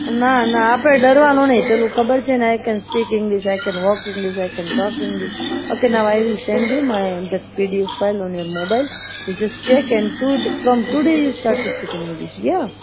ના ના આપણે ડરવાનું નહીં પેલું ખબર છે ને I can speak English I can walk English I can talk English okay now I will send you PDF file in your mobile which is check and from today you can start speak in English yeah